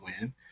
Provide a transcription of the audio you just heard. win